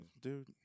dude